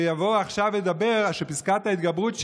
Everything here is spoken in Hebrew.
שיבואו עכשיו להגיד על פסקת ההתגברות,